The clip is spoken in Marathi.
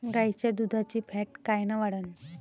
गाईच्या दुधाची फॅट कायन वाढन?